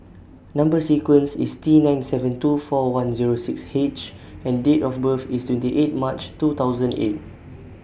Number sequence IS T nine seven two four one Zero six H and Date of birth IS twenty eight March two thousand eight